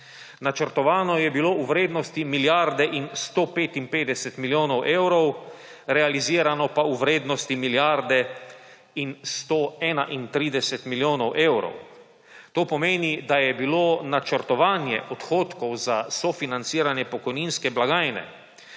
Načrtovano je bilo v vrednosti milijarde in 155 milijonov evrov, realizirano pa v vrednosti milijarde in 131 milijonov evrov. To pomeni, da je bilo načrtovanje odhodkov za sofinanciranje pokojninske blagajne